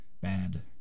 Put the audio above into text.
bad